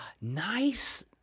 Nice